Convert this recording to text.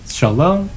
Shalom